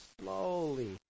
slowly